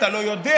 אתה לא יודע,